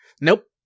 Nope